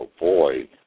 avoid